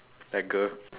that girl